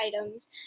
items